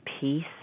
peace